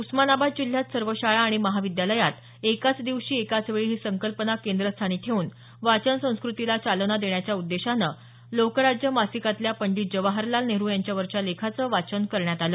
उस्मानाबाद जिल्ह्यात सर्व शाळा आणि महाविद्यालयात एकाच दिवशी एकाच वेळी ही संकल्पना केंद्रस्थानी ठेवून वाचन संस्कृतीला चालना देण्याच्या उद्देशानं लोकराज्य मासिकातल्या पंडीत जवाहराल नेहरू यांच्यावरच्या लेखाचं यात वाचन करण्यात आल